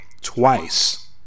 twice